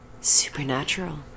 Supernatural